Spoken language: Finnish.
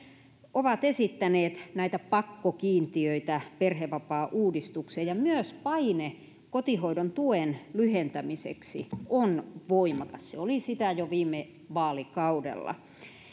ovat esittäneet pakkokiintiöitä perhevapaauudistukseen ja myös paine kotihoidon tuen lyhentämiseksi on voimakas se oli sitä jo viime vaalikaudella